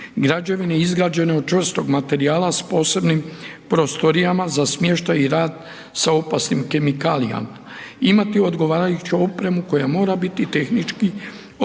građevine izgrađene od čvrstog materijala s posebnim prostorijama za smještaj i rad sa opasnim kemikalijama, imati odgovarajuću opremu koja mora biti tehnički otporna